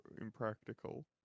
impractical